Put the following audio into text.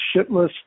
shitless